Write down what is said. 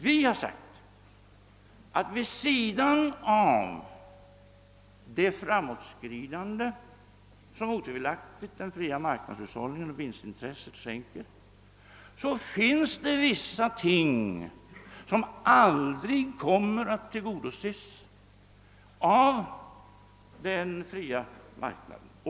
Vi har sagt att det vid sidan av det framåtskridande som den fria marknadshushållningen och vinstintresset otvivelaktigt skänker finns vissa ting som aldrig kommer att tillgodoses av den fria marknaden.